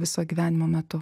viso gyvenimo metu